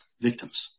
victims